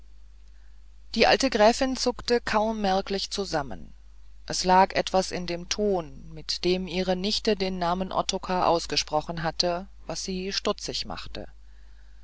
die alte gräfin zuckte kaum merklich zusammen es lag etwas in dem ton mit dem ihre nichte den namen ottokar ausgesprochen hatte was sie stutzig machte